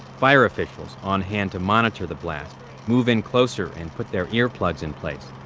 fire officials on hand to monitor the blast move in closer and put their earplugs in place.